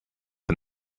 and